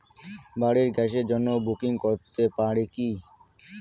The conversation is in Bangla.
বাড়ির গ্যাসের জন্য বুকিং করতে পারি কি?